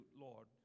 Lord